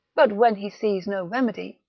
but when he sees no remedy,